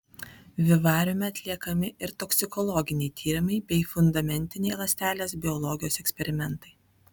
vivariume atliekami ir toksikologiniai tyrimai bei fundamentiniai ląstelės biologijos eksperimentai